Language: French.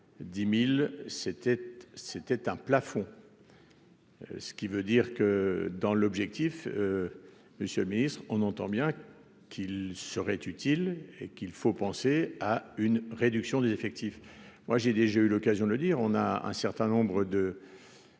c'était, c'était un plafond. Ce qui veut dire que dans l'objectif, monsieur le Ministre, on entend bien qu'il serait utile et qu'il faut penser à une réduction des effectifs, moi j'ai déjà eu l'occasion de le dire, on a un certain nombre de